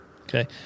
Okay